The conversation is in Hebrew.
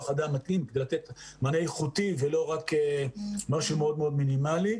אדם מתאים כדי לתת מענה איכותי ולא רק משהו מאוד מאוד מינימלי.